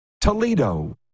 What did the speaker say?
Toledo